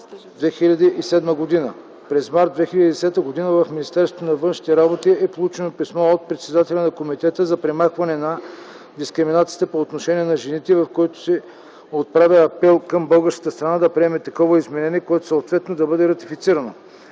През март 2010 г. в Министерството на външните работи е получено писмо от председателя на Комитета за премахване на дискриминацията по отношение на жените, в което се отправя апел към българската страна да приеме такова изменение, което съответно да бъде ратифицирано.